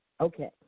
Okay